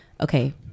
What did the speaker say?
okay